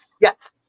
Yes